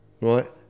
right